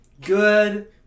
Good